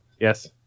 Yes